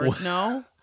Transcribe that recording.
No